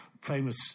famous